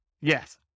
Yes